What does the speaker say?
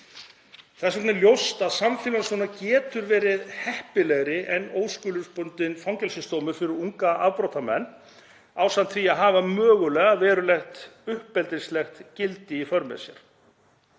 Það er ljóst að samfélagsþjónusta getur verið heppilegri en óskilorðsbundinn fangelsisdómur fyrir unga afbrotamenn ásamt því að hafa mögulega verulegt uppeldislegt gildi. Úrræði